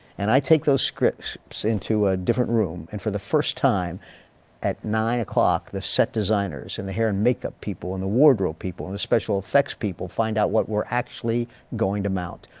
and i take those scripts into a different room and for the first time at nine o'clock the set designers and the hair and makeup people and the wardrobe people and the special effects people find out what we're actually going to mount.